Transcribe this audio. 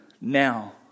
Now